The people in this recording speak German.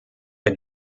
der